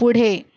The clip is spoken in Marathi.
पुढे